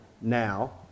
now